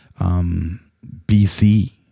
BC